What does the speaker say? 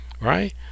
Right